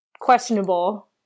questionable